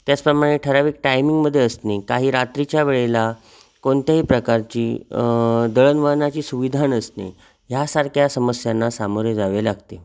त्याचप्रमाणे ठराविक टायमिंगमध्ये असणे काही रात्रीच्या वेळेला कोणत्याही प्रकारची दळणवळणाची सुविधा नसणे ह्यासारख्या समस्यांना सामोरे जावे लागते